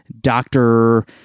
doctor